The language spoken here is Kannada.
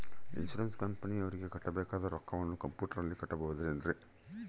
ಇನ್ಸೂರೆನ್ಸ್ ಕಂಪನಿಯವರಿಗೆ ಕಟ್ಟಬೇಕಾದ ರೊಕ್ಕವನ್ನು ಕಂಪ್ಯೂಟರನಲ್ಲಿ ಕಟ್ಟಬಹುದ್ರಿ?